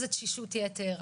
תשישות יתר,